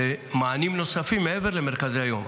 למענים נוספים מעבר למרכזי היום.